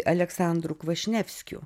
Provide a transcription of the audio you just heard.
aleksandru kvašnevskiu